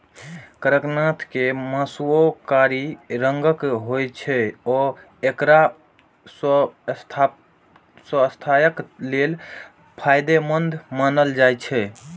कड़कनाथ के मासुओ कारी रंगक होइ छै आ एकरा स्वास्थ्यक लेल फायदेमंद मानल जाइ छै